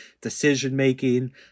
decision-making